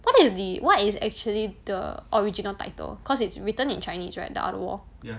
what is the what is actually the original title cause it's written in chinese right the art of war